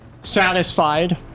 Satisfied